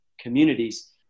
communities